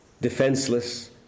defenseless